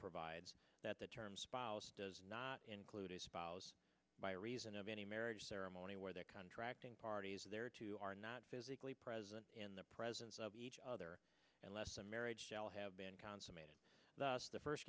provides that the term spouse does not include a spouse by reason of any marriage ceremony where their contracting parties their two are not physically present in the presence of each other unless the marriage shall have been consummated thus the first